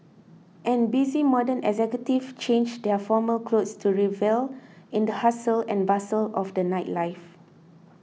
and busy modern executives change their formal clothes to revel in the hustle and bustle of the nightlife